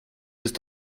ist